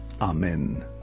Amen